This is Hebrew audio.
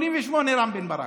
88, רם בן ברק.